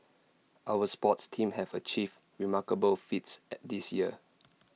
our sports teams have achieved remarkable feats at this year